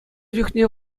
чухне